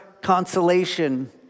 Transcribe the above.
consolation